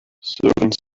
servants